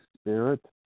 Spirit